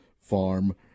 Farm